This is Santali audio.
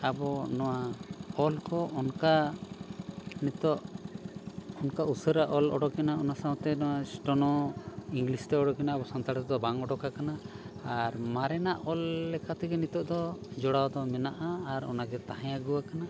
ᱟᱵᱚ ᱱᱚᱣᱟ ᱚᱞ ᱠᱚ ᱚᱱᱠᱟ ᱱᱤᱛᱚᱜ ᱚᱱᱠᱟ ᱩᱥᱟᱹᱨᱟ ᱚᱞ ᱩᱰᱩᱠ ᱮᱱᱟ ᱚᱱᱟ ᱥᱟᱶᱛᱮ ᱱᱚᱜᱼᱚᱭ ᱥᱴᱚᱱᱳ ᱤᱝᱞᱤᱥ ᱛᱮ ᱩᱰᱩᱠᱮᱱᱟ ᱟᱵᱚ ᱥᱟᱱᱛᱟᱲᱤ ᱛᱮᱫᱚ ᱵᱟᱝ ᱩᱰᱩᱠ ᱟᱠᱟᱱᱟ ᱟᱨ ᱢᱟᱨᱮᱱᱟᱜ ᱚᱞ ᱞᱮᱠᱟ ᱛᱮᱫᱚ ᱱᱤᱛᱚᱜ ᱫᱚ ᱡᱚᱲᱟᱣ ᱫᱚ ᱢᱮᱱᱟᱜᱼᱟ ᱟᱨ ᱚᱱᱟᱜᱮ ᱛᱟᱦᱮᱸ ᱟᱹᱜᱩ ᱟᱠᱟᱱᱟ